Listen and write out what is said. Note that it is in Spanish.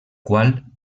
cual